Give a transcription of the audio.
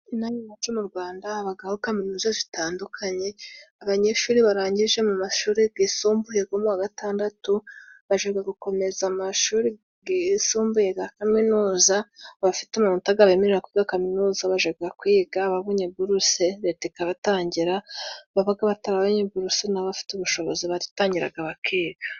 Inaha iwacu mu Rwanda habagaho kaminuza zitandukanye, abanyeshuri barangije mu mashuri gisumbuye go mu wa gatandatu, bajaga gukomeza mu mashuri gisumbuye ga kaminuza. Abafite amanota gabemerera kwiga kaminuza bajyaga kwiga, ababonye buruse leta ikabatangira, ababaga batabonye buruse n'abafite ubushobozi baritangiraga bakiga.